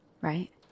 right